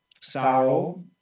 sorrow